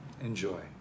enjoy